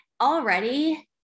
already